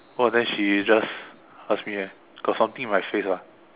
!wah! then she just ask me eh got something on my face ah